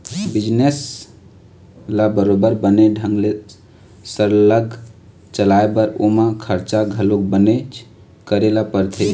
business ल बरोबर बने ढंग ले सरलग चलाय बर ओमा खरचा घलो बनेच करे ल परथे